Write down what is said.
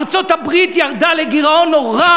ארצות-הברית ירדה לגירעון נורא,